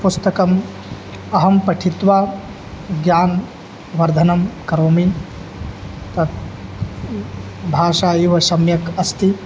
पुस्तकम् अहं पठित्वा ज्ञानवर्धनं करोमि तत् भाषा एव सम्यक् अस्ति